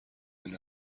این